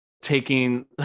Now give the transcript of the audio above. Taking